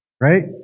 Right